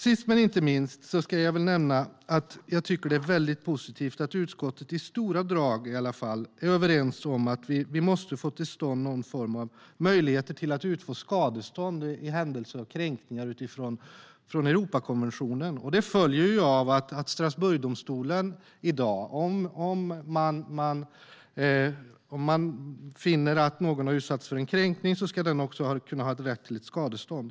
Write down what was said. Sist men inte minst ska jag nämna att jag tycker att det är mycket positivt att utskottet, i stora drag i alla fall, är överens om att vi måste få till stånd någon form av möjlighet till skadestånd i händelse av kränkningar i enlighet med Europakonventionen. Det följer av att om domstolen i Strasbourg finner att någon har utsatts för en kränkning ska denna person ha rätt till skadestånd.